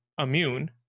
immune